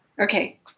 Okay